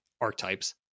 archetypes